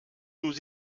nous